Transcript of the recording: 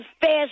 fast